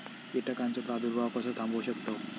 कीटकांचो प्रादुर्भाव कसो थांबवू शकतव?